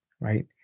right